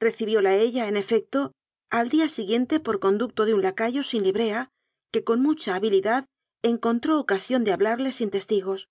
recibióla ella en efecto al día siguiente por conducto de un lacayo sin librea que con mucha habilidad encontró ocasión de hablarle sin testigos